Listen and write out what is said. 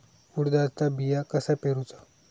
उडदाचा बिया कसा पेरूचा?